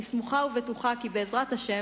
אני סמוכה ובטוחה כי בעזרת השם,